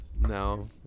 No